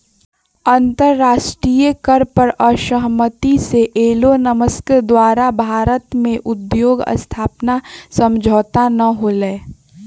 अंतरराष्ट्रीय कर पर असहमति से एलोनमस्क द्वारा भारत में उद्योग स्थापना समझौता न होलय